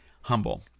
humble